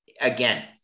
again